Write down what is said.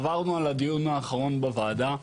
עברנו על הדיון האחרון שלנו בוועדה,